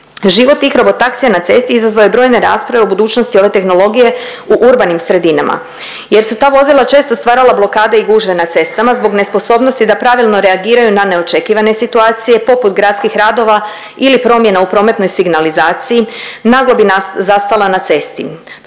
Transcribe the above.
Život tih robotaksija na cesti izazvao je brojne rasprave o budućnosti ove tehnologije u urbanim sredinama jer su ta vozila često stvarala blokade i gužve na cestama zbog nesposobnosti da pravilno reagiraju na neočekivane situacije poput gradskih radova ili promjena u prometnoj signalizaciji, naglo bi zastala na cesti.